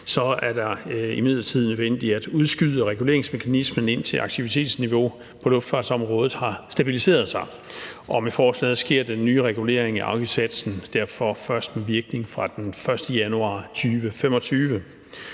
er det imidlertid nødvendigt at udskyde reguleringsmekanismen, indtil aktivitetsniveauet på luftfartsområdet har stabiliseret sig. Med forslaget sker den nye regulering af afgiftssatsen derfor først med virkning fra den 1. januar 2025.